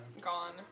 Gone